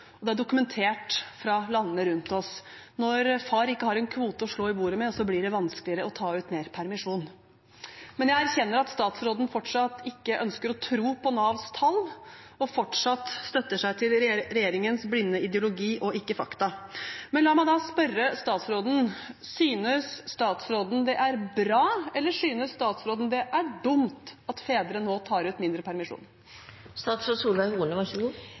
og det er dokumentert i landene rundt oss – når far ikke har en kvote å slå i bordet med, blir det vanskeligere å ta ut mer permisjon. Jeg erkjenner at statsråden fortsatt ikke ønsker å tro på Navs tall og fortsatt støtter seg til regjeringens blinde ideologi og ikke til fakta. La meg da spørre statsråden: Synes statsråden det er bra? Eller synes statsråden det er dumt at fedre nå tar ut mindre